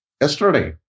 yesterday